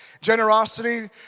Generosity